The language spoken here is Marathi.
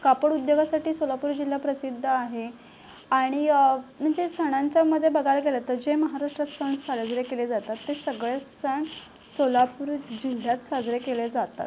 कापड उद्योगासाठी सोलापूर जिल्हा प्रसिद्ध आहे आणि म्हणजे सणांचा मग जर बघायला गेलं तर जे महाराष्ट्रात सण साजरे केले जातात ते सगळेच सण सोलापूर जिल्ह्यात साजरे केले जातात